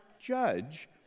judge